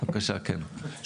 כן,